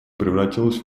превратилась